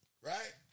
Right